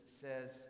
says